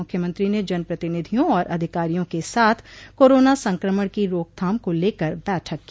मुख्यमंत्री ने जनप्रतिनिधियों और अधिकारियों के साथ कोरोना संक्रमण की रोकथाम को लेकर बैठक की